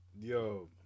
Yo